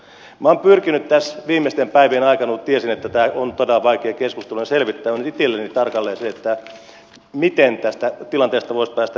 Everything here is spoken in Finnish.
minä olen pyrkinyt tässä viimeisten päivien aikana kun tiesin että tämä on todella vaikea keskustelu selvittämään itselleni tarkalleen sen miten tästä tilanteesta voisi päästä eteenpäin